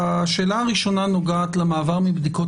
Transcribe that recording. השאלה הראשונה נוגעת למעבר מבדיקות